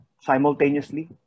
simultaneously